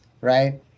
right